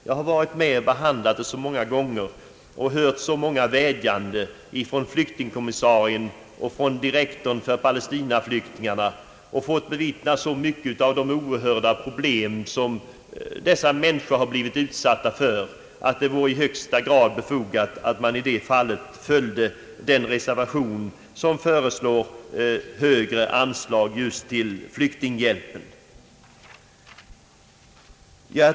Jag har varit med och behandlat ärendet så många gånger och hört så många vädjanden från flyktingskommissarien och direktorn för palestinaflyktingarna, och jag har fått bevittna så mycket av de oerhörda problem, som dessa människor blivit utsatta för, att jag finner det i högsta grad befogat att man följde den reservation som föreslår högre anslag just till flyktinghjälpen.